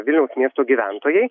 vilniaus miesto gyventojai